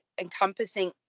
encompassing